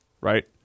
right